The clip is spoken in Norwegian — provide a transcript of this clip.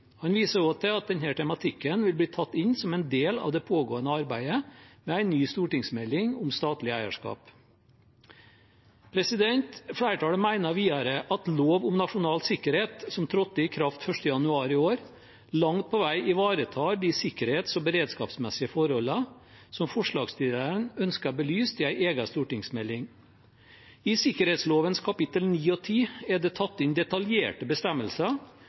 Han viser også til at denne tematikken vil bli tatt inn som en del av det pågående arbeidet med en ny stortingsmelding om statlig eierskap. Flertallet mener videre at lov om nasjonal sikkerhet, som trådte i kraft 1. januar i år, langt på vei ivaretar de sikkerhets- og beredskapsmessige forholdene som forslagsstillerne ønsker belyst i en egen stortingsmelding. I sikkerhetsloven, kapittel 9 og 10, er det tatt inn detaljerte bestemmelser